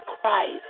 Christ